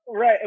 Right